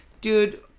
dude